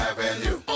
Avenue